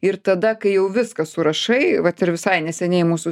ir tada kai jau viską surašai vat ir visai neseniai mūsų